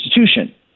institution